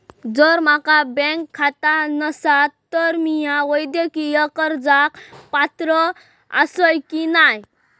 जर माझा बँक खाता नसात तर मीया वैयक्तिक कर्जाक पात्र आसय की नाय?